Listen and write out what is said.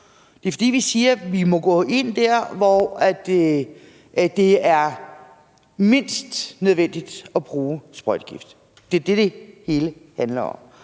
Det er, fordi vi mener, at vi må sætte ind der, hvor det er mindst nødvendigt at bruge sprøjtegift. Det er det, det hele handler om.